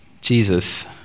Jesus